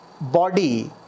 body